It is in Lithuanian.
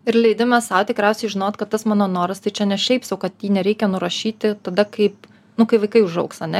ir leidimas sau tikriausiai žinot kad tas mano noras tai čia ne šiaip sau kad jį nereikia nurašyti tada kaip nu kai vaikai užaugs ane